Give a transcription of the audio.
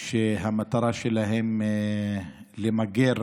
שהמטרה שלהם למגר